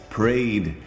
prayed